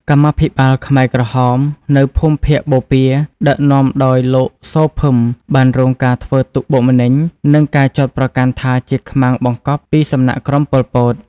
កម្មាភិបាលខ្មែរក្រហមនៅភូមិភាគបូព៌ាដឹកនាំដោយលោក សូ ភឹម បានរងការធ្វើទុក្ខបុកម្នេញ និងការចោទប្រកាន់ថាជាខ្មាំងបង្កប់ពីសំណាក់ក្រុម ប៉ុល ពត។